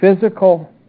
physical